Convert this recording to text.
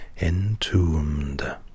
entombed